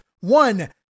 one